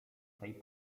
swej